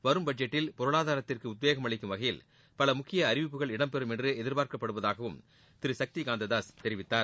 வரும் பட்ஜெட்டில் பொருளாதாரத்திற்கு உத்வேகம் அளிக்கும் வகையில் பல முக்கிய அறிவிப்புகள் இடம்பெறும் என்று எதிர்பார்க்கப் படுவதாகவும் திரு சக்தி காந்ததாஸ் தெரிவித்தார்